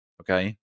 okay